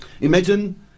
Imagine